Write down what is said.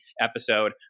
episode